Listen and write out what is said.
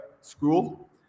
school